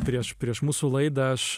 prieš prieš mūsų laidą aš